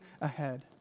ahead